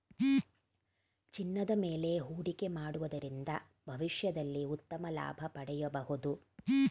ಚಿನ್ನದ ಮೇಲೆ ಹೂಡಿಕೆ ಮಾಡುವುದರಿಂದ ಭವಿಷ್ಯದಲ್ಲಿ ಉತ್ತಮ ಲಾಭ ಪಡೆಯಬಹುದು